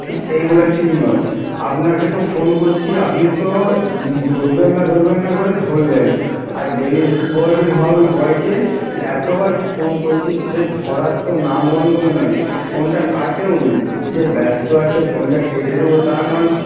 হ্যাঁ এইগুলা ঠিক নয় আপনাকে তো ফোন করছি আপনি তো ধরবেন না ধরবেন না করে ধরলেন আর ডেলিভারি বয়কে এতবার ফোন করছি সে ধরার তো নাম গন্ধই নয় ফোনটা কাটেও নি যে ব্যস্ত আছে ফোনটা কেটে দেবো তা নয়